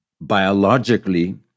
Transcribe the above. biologically